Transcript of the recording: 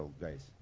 guys